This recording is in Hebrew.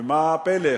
ומה הפלא?